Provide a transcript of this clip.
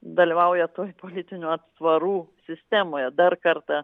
dalyvauja toj politinių atsvarų sistemoje dar kartą